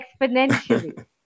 exponentially